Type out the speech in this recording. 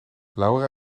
laura